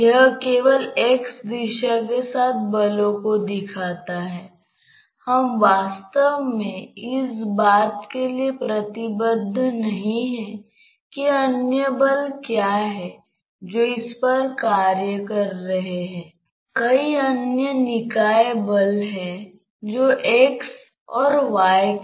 इन दोनों के बीच का अंतर h है लंबाई शायद यह L2 है